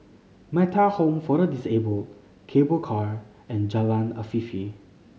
Metta Home for the Disabled Cable Car and Jalan Afifi